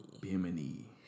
Bimini